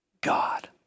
God